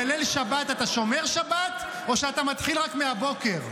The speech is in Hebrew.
בליל שבת אתה שומר שבת או שאתה מתחיל רק מהבוקר?